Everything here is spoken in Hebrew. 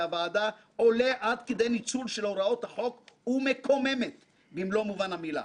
הוועדה עולה עד כדי ניצול של הוראות החוק ומקוממת במלוא מובן המילה.